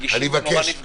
רגישים ונורא נפגעים.